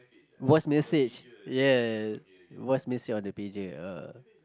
voice message ya voice message on the pager ah